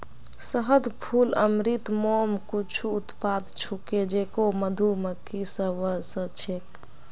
शहद, फूल अमृत, मोम कुछू उत्पाद छूके जेको मधुमक्खि स व स छेक